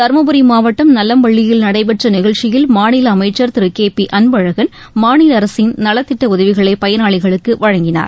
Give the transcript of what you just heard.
தர்மபுரி மாவட்டம் நல்லம்பள்ளியில் நடைபெற்ற நிகழ்ச்சியில் மாநில அமைச்சர் திரு கே பி அன்பழகன் மாநில அரசின் நலத்திட்ட உதவிகளை பயனாளிகளுக்கு வழங்கினார்